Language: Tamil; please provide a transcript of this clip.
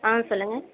ஆ சொல்லுங்கள்